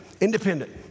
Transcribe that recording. independent